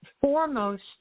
foremost